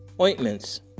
ointments